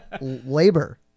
labor